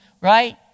right